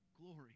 glory